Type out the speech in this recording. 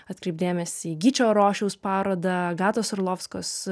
atkreipt dėmesį į gyčio rošiaus parodą agatos orlovskos